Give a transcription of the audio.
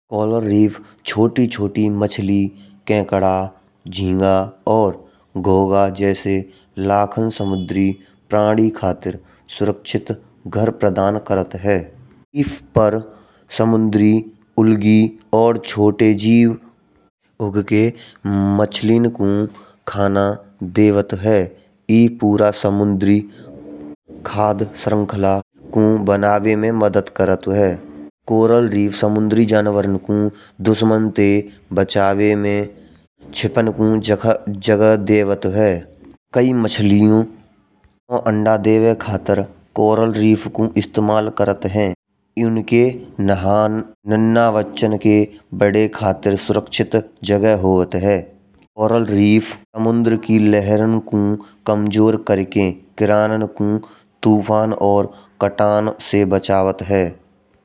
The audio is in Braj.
कोरल रीफ छोटे-छोटे, मछली, केकड़ा, झींगा और गोगा जैसे लाखों समुद्री प्राणी खातिर सुरक्षित घर प्रदान करत है। इस पर समुद्री अल्गी और छोटे जीव उग के मछली को खाना देत है। ए पूरा समुद्री खाद्य श्रृंखला को बनावे में मदद कराता है। कोरल रीफ समुद्री जानवरों को दुश्मन से बचावे में छिपन को जगह देत है। कई मछलियों को अंडा देवे खातिर कोरल रीफ इस्तेमाल करत है। उनके नन्हे बच्चा के पले खातिर सुरक्षित जगह होत हैं। और कोरल रीफ समुद्र की लहरों को कमजोर करके गिरावन को तूफान और कटान से बचावत है।